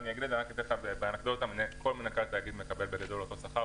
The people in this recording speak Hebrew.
אני רק אומר באנקדוטה שכל מנכ"ל תאגיד מקבל אותו שכר.